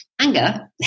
anger